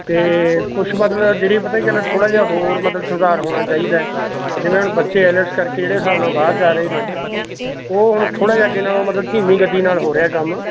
ਅਤੇ ਕੁਛ ਮਤਲਬ ਜਿਹੜੀ ਪਤਾ ਕੀ ਕਹਿੰਦਾ ਥੋੜ੍ਹਾ ਜਿਹਾ ਹੋਰ ਮਤਲਬ ਸੁਧਾਰ ਹੋਣਾ ਚਾਹੀਦਾ ਜਿਵੇਂ ਹੁਣ ਬੱਚੇ ਆਈਲੈਟਸ ਕਰਕੇ ਜਿਹੜੇ ਹਿਸਾਬ ਨਾਲ ਬਾਹਰ ਜਾ ਰਹੇ ਨੇ ਉਹ ਹੁਣ ਥੋੜ੍ਹਾ ਜਿਹਾ ਅੱਗੇ ਨਾਲੋਂ ਮਤਲਬ ਧੀਮੀ ਗੱਡੀ ਨਾਲ ਹੋ ਰਿਹਾ ਕੰਮ